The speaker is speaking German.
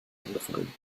umgefallen